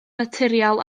naturiol